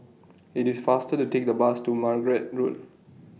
IT IS faster to Take The Bus to Margate Road